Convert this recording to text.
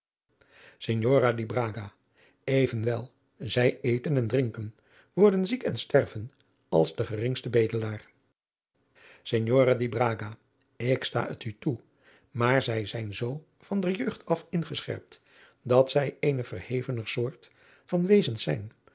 braga evenwel zij eten en drinken worden ziek en sterven als de geringste bedelaar signore di braga ik sta het u toe maar zij zijn zoo van der jeugd af ingescherpt dat zij eene verhevenere soort van wezens zijn